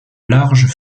larges